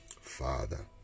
Father